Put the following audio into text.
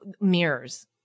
Mirrors